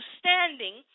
standing